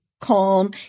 calm